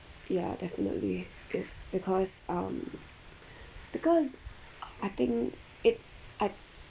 yeah definitely cause because um because uh I think it I